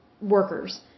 workers